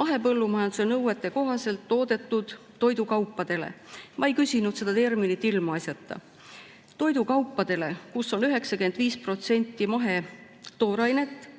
mahepõllumajanduse nõuete kohaselt toodetud toidukaupade kohta. Ma ei küsinud seda terminit ilmaasjata: toidukaubad, kus on 95% mahetoorainet,